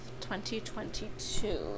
2022